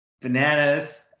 bananas